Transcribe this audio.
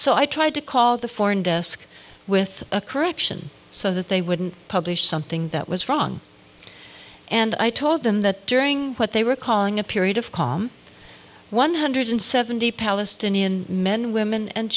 so i tried to call the foreign desk with a correction so that they wouldn't publish something that was wrong and i told them that during what they were calling a period of calm one hundred seventy palestinian men women and